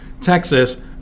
Texas